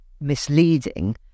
misleading